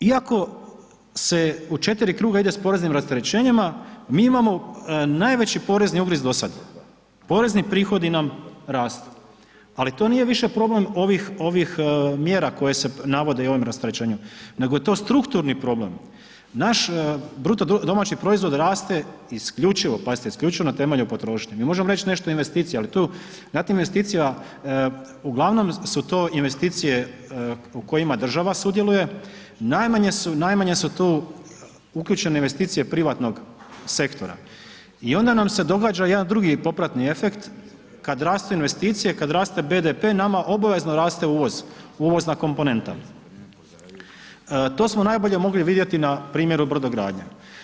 Iako se u 4 kruga ide s poreznim rasterećenjima, mi imamo najveći porezni ubriz do sad, porezni prihodi nam rastu, ali to više nije problem ovih, ovih mjera koje se navode i ovim rasterećenjem, nego je to strukturni problem, naš bruto domaći proizvod raste isključivo, pazite isključivo na temelju potrošnje, mi možemo reć nešto investicije, ali tu, na tim investicijama uglavnom su to investicije u kojima država sudjeluje, najmanje su, najmanje su tu uključene investicije privatnog sektora i onda nam se događa jedan drugi popratni efekt kad rastu investicije, kad raste BDP, nama obavezno raste uvoz, uvozna komponenta, to smo najbolje mogli vidjeti na primjeru brodogradnje.